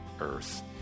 earth